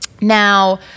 Now